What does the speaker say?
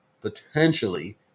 potentially